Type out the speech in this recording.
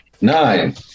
nine